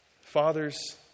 Fathers